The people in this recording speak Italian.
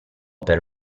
per